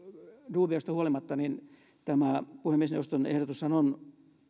duubioista huolimatta tämä puhemiesneuvoston ehdotushan on